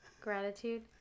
Gratitude